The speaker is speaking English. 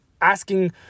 asking